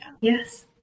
Yes